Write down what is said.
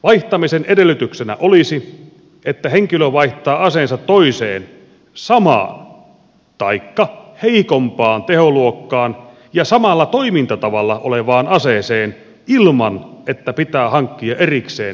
vaihtamisen edellytyksenä olisi että henkilö vaihtaa aseensa samassa taikka heikommassa teholuokassa ja samalla toimintatavalla olevaan aseeseen ilman että pitää hankkia erikseen hankkimislupa